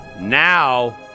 Now